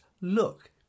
look